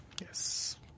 Yes